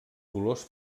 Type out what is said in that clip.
colors